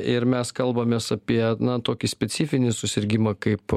ir mes kalbamės apie na tokį specifinį susirgimą kaip